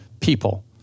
people